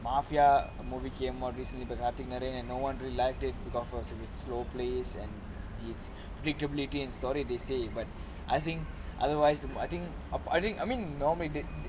mafia movie came more recently but I think and no one really liked it because it was slow pace and it's relatability the story they say but I think otherwise but I think normally that